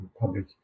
public